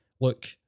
look